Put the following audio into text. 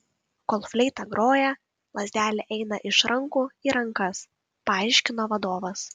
kol fleita groja lazdelė eina iš rankų į rankas paaiškino vadovas